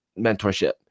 mentorship